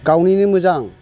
गावनिनो मोजां